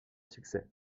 succès